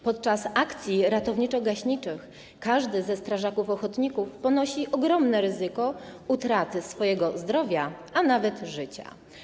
Podczas akcji ratowniczo-gaśniczych każdy ze strażaków ochotników ponosi ogromne ryzyko utraty swojego zdrowia, a nawet życia.